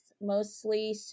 mostly